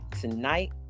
tonight